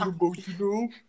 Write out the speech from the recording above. emotional